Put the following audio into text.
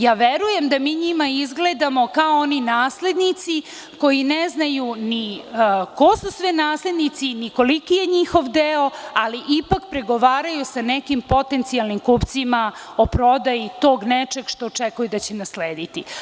Ja verujem da mi njima izgledamo kao oni naslednici koji ne znaju ni ko su sve naslednici, ni koliki je njihov deo, ali ipak pregovaraju sa nekim potencijalnim kupcima o prodaji tog nečeg što očekuju da će naslediti.